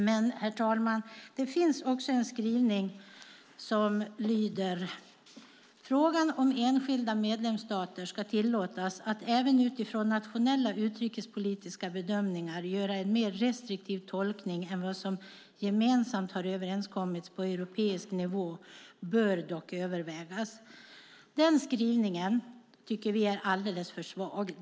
Men, herr talman, i utlåtandet finns också följande skrivning: "Frågan om enskilda medlemsstater ska tillåtas att även utifrån nationella utrikespolitiska bedömningar göra en mer restriktiv tolkning än vad som gemensamt har överenskommits på europeisk nivå bör dock övervägas." Den skrivningen tycker vi är alldeles för svag.